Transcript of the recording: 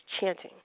chanting